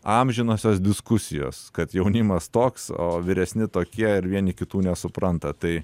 amžinosios diskusijos kad jaunimas toks o vyresni tokie ir vieni kitų nesupranta tai